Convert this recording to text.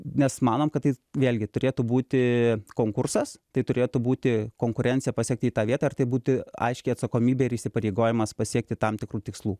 nes manom kad tai vėlgi turėtų būti konkursas tai turėtų būti konkurencija pasiekti į tą vietą ir tai būti aiški atsakomybė ir įsipareigojimas pasiekti tam tikrų tikslų